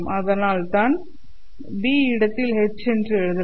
ஆதலால் நான் B' இடத்தில் H' என்று எழுதலாம்